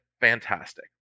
fantastic